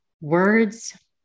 words